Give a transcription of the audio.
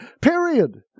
Period